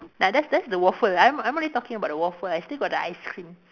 like that's that's the waffle I'm I'm only talking about the waffle I still got the ice cream